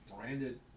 branded